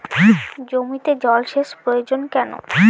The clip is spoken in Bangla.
জমিতে জল সেচ প্রয়োজন কেন?